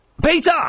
Peter